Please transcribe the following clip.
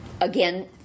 again